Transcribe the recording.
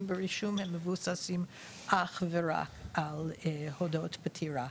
ברישום הם מבוססים אך ורק על הודעת פטירה,